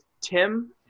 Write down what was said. Tim